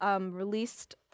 Released